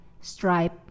Stripe